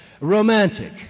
romantic